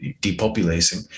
depopulating